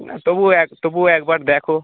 না তবুও এক তবুও একবার দেখো